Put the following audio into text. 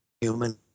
human